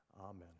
Amen